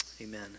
amen